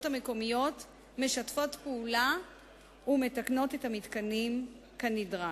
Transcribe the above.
המקומיות משתפות פעולה ומתקנות את המתקנים כנדרש.